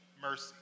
mercy